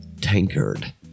Tankard